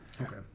Okay